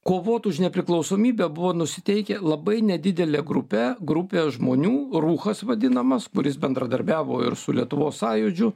kovot už nepriklausomybę buvo nusiteikę labai nedidelė grupė grupė žmonių rūkas vadinamas kuris bendradarbiavo ir su lietuvos sąjūdžiu